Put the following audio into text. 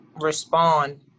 respond